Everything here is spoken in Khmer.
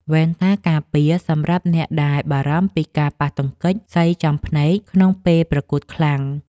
វ៉ែនតាការពារ សម្រាប់អ្នកដែលបារម្ភពីការប៉ះទង្គិចសីចំភ្នែកក្នុងពេលប្រកួតខ្លាំង។